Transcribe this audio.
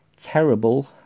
terrible